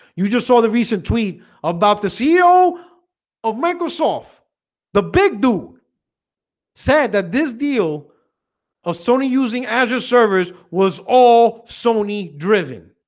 you just saw the recent tweet about the ceo of microsoft the big duke said that this deal of sony using azure servers was all sony driven.